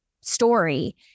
story